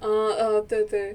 orh err 对对